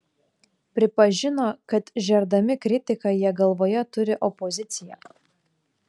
pripažino kad žerdami kritiką jie galvoje turi opoziciją